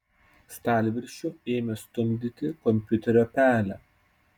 stalviršiu ėmė stumdyti kompiuterio pelę